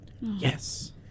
Yes